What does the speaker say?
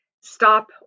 stop